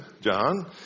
John